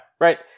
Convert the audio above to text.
right